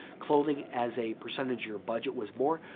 clothing as a percentage of your budget was more,